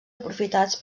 aprofitats